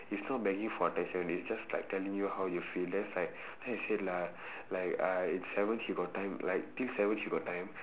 it's not begging for attention it's just like telling you how you feel then it's like then I say lah like uh in sec one she got time like think sec one she got time